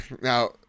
now